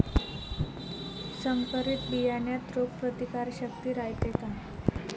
संकरित बियान्यात रोग प्रतिकारशक्ती रायते का?